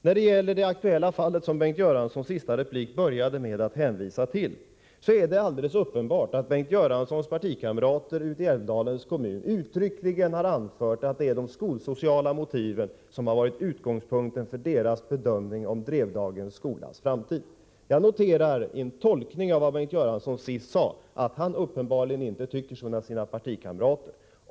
När det gäller det aktuella fallet, som Bengt Göransson i sin senaste replik började med att hänvisa till, är det alldeles uppenbart att Bengt Göranssons partikamrater i Älvdalens kommun uttryckligen har anfört att det är de skolsociala motiven som har varit utgångspunkten för deras bedömning om Drevdagens skolas framtid. Jag tolkar det som Bengt Göransson senast sade så, att han uppenbarligen inte tycker som sina partikamrater.